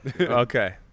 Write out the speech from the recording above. Okay